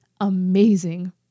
amazing